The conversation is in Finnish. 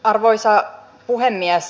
arvoisa puhemies